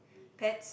pets